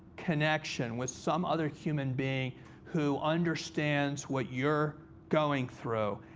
connection with some other human being who understands what you're going through.